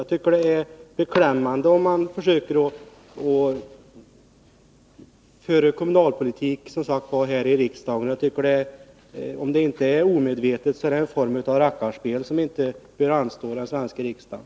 Jag tycker det är beklämmande att hon försöker föra kommunalpolitik här i riksdagen. Om det inte är omedvetet är det en form av rackarspel som inte bör anstå den svenska riksdagen.